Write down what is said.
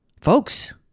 Folks